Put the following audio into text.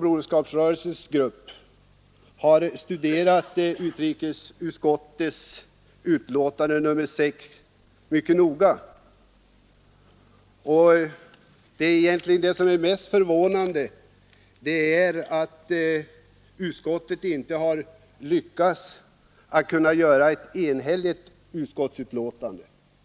broderskapsgruppen studerat utrikesutskottets betänkande nr 6 mycket noga. Det mest förvånande är egentligen att utskottet inte har lyckats åstadkomma ett enhälligt betänkande.